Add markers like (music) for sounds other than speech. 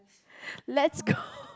let's go (noise)